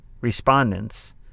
respondents